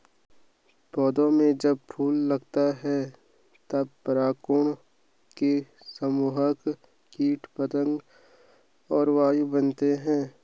पौधों में जब फूल लगता है तब परागकणों के संवाहक कीट पतंग और वायु बनते हैं